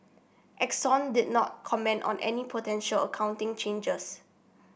Exxon did not comment on any potential accounting changers